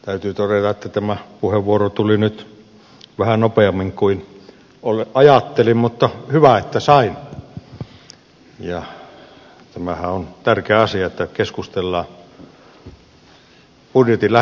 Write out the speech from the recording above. täytyy todeta että tämä puheenvuoro tuli nyt vähän nopeammin kuin ajattelin mutta hyvä että sain tämähän on tärkeä asia että keskustellaan budjetin lähetekeskustelussa